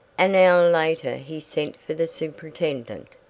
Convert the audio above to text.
an hour later he sent for the superintendent.